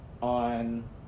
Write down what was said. on